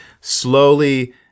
slowly